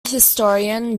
historian